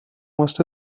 most